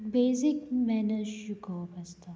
basic manners शिकोवप आसता